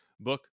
book